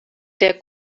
der